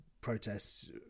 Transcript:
protests